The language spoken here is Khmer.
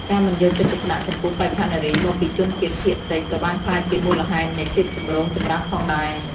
ការមិនយកចិត្តទុកដាក់ចំពោះបេក្ខនារីមកពីជនជាតិភាគតិចក៏បានក្លាយជាមូលហេតុនៃភាពចម្រូងចម្រាសផងដែរ។